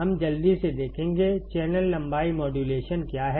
हम जल्दी से देखेंगे चैनल लंबाई मॉड्यूलेशन क्या है